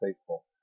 faithful